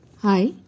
Hi